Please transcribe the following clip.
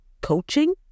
coaching